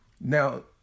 now